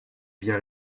bien